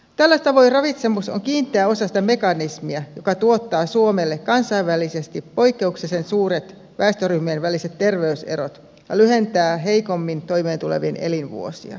tällä tavoin ravitsemus on kiinteä osa sitä mekanismia joka tuottaa suomelle kansainvälisesti poikkeuksellisen suuret väestöryhmien väliset terveyserot ja lyhentää heikommin toimeentulevien elinvuosia